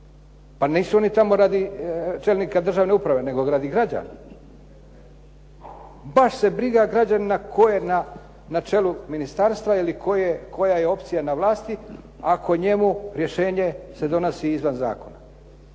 pa nisu oni tamo radi čelnika državne uprave, nego radi građana. Baš se briga građanina tko je na čelu ministarstva ili koja je opcija na vlasti ako njemu rješenje se donosi izvan zakona.